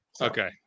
Okay